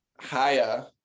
higher